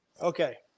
okay